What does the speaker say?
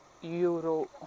Euro